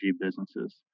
businesses